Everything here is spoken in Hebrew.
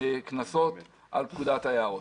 לע פקודת היערות.